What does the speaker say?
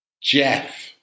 Jeff